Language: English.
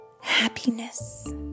happiness